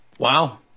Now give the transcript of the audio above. Wow